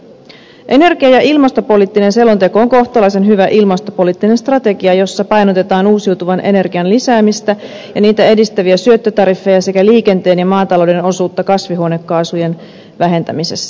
energia ja ilmastopoliittinen selonteko on kohtalaisen hyvä ilmastopoliittinen strategia jossa painotetaan uusiutuvan energian lisäämistä ja sitä edistäviä syöttötariffeja sekä liikenteen ja maatalouden osuutta kasvihuonekaasujen vähentämisessä